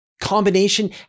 combination